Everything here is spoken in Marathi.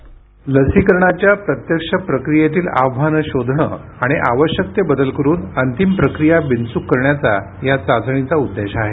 ध्वनी लसीकरणाच्या प्रत्यक्ष प्रक्रियेतील आव्हानं शोधणे आणि आवश्यक ते बदल करून अंतिम प्रक्रिया बिनचूक करण्याचा या चाचणीचा उद्देश आहे